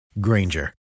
Granger